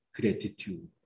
gratitude